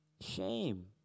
Shame